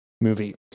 movie